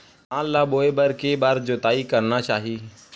धान ल बोए बर के बार जोताई करना चाही?